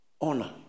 Honor